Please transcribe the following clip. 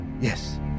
Yes